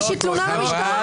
איזה תלונה למשטרה.